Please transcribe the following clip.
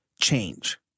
change